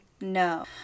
no